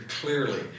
clearly